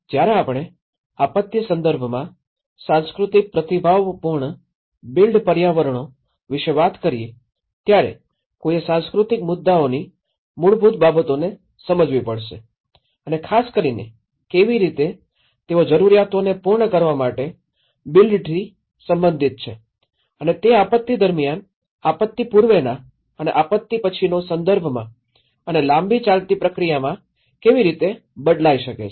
જ્યારે આપણે આપત્તિ સંદર્ભમાં સાંસ્કૃતિક પ્રતિભાવપૂર્ણ બિલ્ટ પર્યાવરણો વિશે વાત કરીએ ત્યારે કોઈએ સાંસ્કૃતિક મુદ્દાઓની મૂળભૂત બાબતોને સમજવી પડશે અને ખાસ કરીને કેવી રીતે તેઓ જરૂરિયાતોને પૂર્ણ કરવા માટેના બિલ્ડથી સંબંધિત છે અને તે આપત્તિ દરમિયાન આપત્તિ પૂર્વેના અને આપત્તિ પછીનો સંદર્ભમાં અને લાંબી ચાલતી પ્રક્રિયામાં કેવી રીતે બદલાઇ શકે છે